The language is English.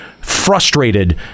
frustrated